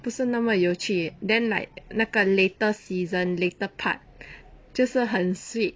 不是那么有趣 then like 那个 later season later part 就是很 sweet